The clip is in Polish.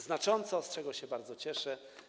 znacząco, z czego się bardzo cieszę.